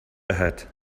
ahead